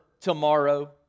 tomorrow